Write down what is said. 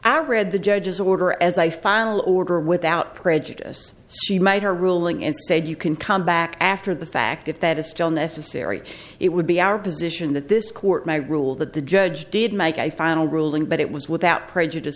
i read the judge's order as i final order without prejudice she made her ruling and said you can come back after the fact if that is still necessary it would be our position that this court ruled that the judge did make a final ruling but it was without prejudice